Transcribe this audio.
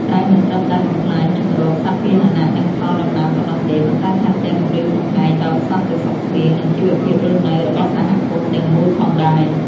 ដែលមិនត្រឹមតែបំផ្លាញជម្រកសត្វពាហនៈ និងផលដំណាំប៉ុណ្ណោះទេ ប៉ុន្តែថែមទាំងគំរាមកំហែងដល់សន្តិសុខស្បៀង និងជីវភាពរស់នៅរបស់សហគមន៍ទាំងមូលផងដែរ។